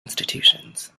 institutions